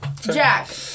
Jack